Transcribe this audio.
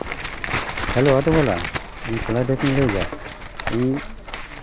hello ᱚᱴᱳᱵᱟᱞᱟ ᱤᱧ ᱯᱚᱲᱟᱰᱤ ᱠᱷᱚᱱᱤᱧ ᱞᱟᱹᱭᱫᱟ ᱤᱧ